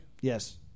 Yes